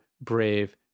brave